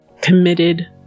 committed